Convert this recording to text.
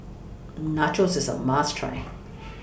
Nachos IS A must Try